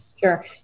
sure